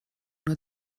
nur